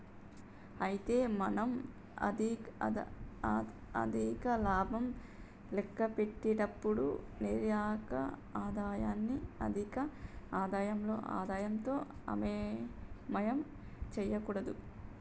అయితే మనం ఆర్థిక లాభం లెక్కపెట్టేటప్పుడు నికర ఆదాయాన్ని ఆర్థిక ఆదాయంతో అయోమయం చేయకూడదు